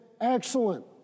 excellent